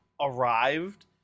arrived